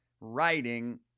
writing